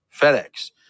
FedEx